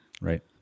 Right